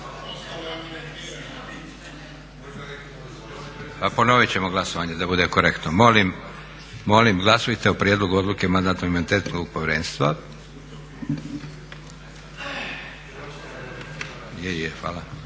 Ponovit ćemo glasovanje da bude korektno. Molim glasujte o prijedlogu odluke Mandatno-imunitetnog povjerenstva.